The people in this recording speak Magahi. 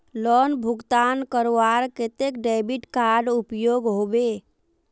लोन भुगतान करवार केते डेबिट कार्ड उपयोग होबे?